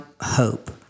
hope